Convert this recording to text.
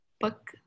book